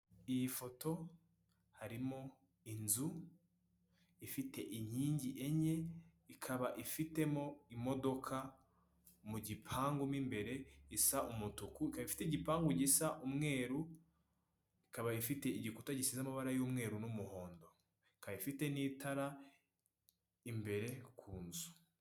Iyi foto harimo inzu ifite inkingi enye ikaba ifitemo imodoka mu gipangu mu imbere isa umutuku, ikaba ifite igipangu gisa umweru, ikaba ifite igikuta gisize amabara y'umweru n'umuhondo, ikaba ifite n'itara imbere ku nzu.